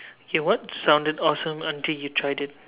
okay what sounded awesome until you tried it